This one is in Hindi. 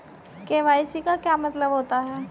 के.वाई.सी का क्या मतलब होता है?